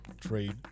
trade